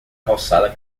calçada